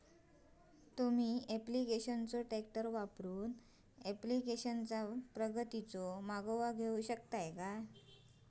तुम्ही ऍप्लिकेशनचो ट्रॅकर वापरून ऍप्लिकेशनचा प्रगतीचो मागोवा घेऊ शकता